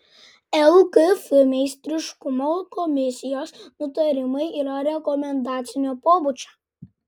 lkf meistriškumo komisijos nutarimai yra rekomendacinio pobūdžio